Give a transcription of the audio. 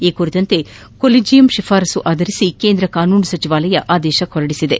ಈ ಕುರಿತಂತೆ ಕೊಲಿಜಿಯಂ ಶಿಫಾರಸು ಆಧರಿಸಿ ಕೇಂದ್ರ ಕಾನೂನು ಸಚಿವಾಲಯ ಆದೇಶ ಹೊರಡಿಸಿದೆ